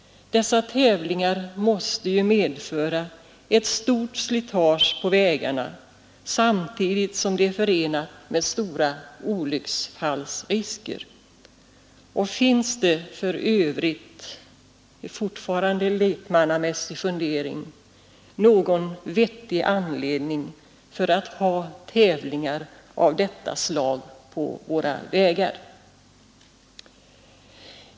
Dessa tävlingar måste ju innebära ett stort slitage på vägarna samtidigt som de medför olycksfallsrisker. Finns det för övrigt — det är fortfarande en lekmannamässig fundering — någon vettig anledning att ha tävlingar av detta slag på våra vägar?